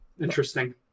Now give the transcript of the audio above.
Interesting